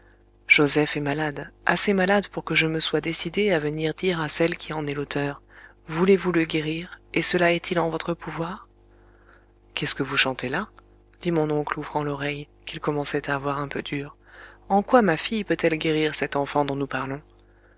joseph est malade assez malade pour que je me sois décidé à venir dire à celle qui en est l'auteur voulez-vous le guérir et cela est-il en votre pouvoir qu'est-ce que vous chantez là dit mon oncle ouvrant l'oreille qu'il commençait à avoir un peu dure en quoi ma fille peut-elle guérir cet enfant dont nous parlons